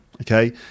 okay